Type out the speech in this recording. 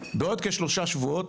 בעוד כשלושה שבועות,